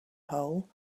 hole